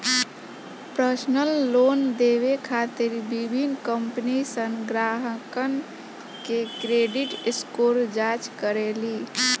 personal loan देवे खातिर विभिन्न कंपनीसन ग्राहकन के क्रेडिट स्कोर जांच करेली